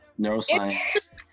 neuroscience